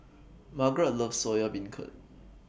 Margaret loves Soya Beancurd